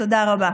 תודה רבה.